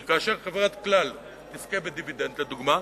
כי כאשר חברת "כלל" תזכה בדיבידנד, לדוגמה,